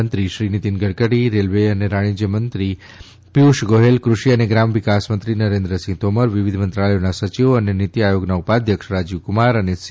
મંત્રી શ્રી નિતિન ગડકરી રેલ્વે અને વાણિજ્ય મંત્રીશ્રી પિયુષ ગોયલ કૃષિ અને ગ્રામ વિકાસ મંત્રી નરેન્દ્રસિંહ તોમર વિવિધ મંત્રાલયોના સચિવો અને નિતિઆયોગના ઉપાધ્યક્ષ રાજીવકમાર અને સી